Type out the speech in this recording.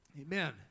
amen